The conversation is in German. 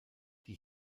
die